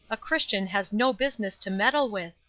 a christian has no business to meddle with,